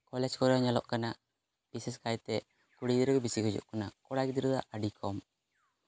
college ᱠᱚᱨᱮ ᱧᱮᱞᱚᱜ ᱠᱟᱱᱟ ᱵᱤᱥᱮᱥ ᱠᱟᱭᱛᱮ ᱠᱩᱲᱤ ᱜᱤᱫᱽᱨᱟᱹ ᱜᱮ ᱵᱮᱥᱤ ᱠᱚ ᱦᱤᱡᱩᱜ ᱠᱟᱱᱟ ᱠᱚᱲᱟ ᱜᱤᱫᱽᱨᱟᱹ ᱫᱚ ᱟᱹᱰᱤ ᱠᱚᱢ